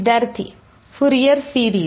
विद्यार्थीः Fourier series